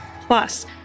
Plus